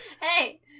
Hey